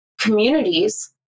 communities